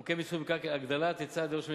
חוק מיסוי מקרקעין (הגדלת היצע של דירות מגורים,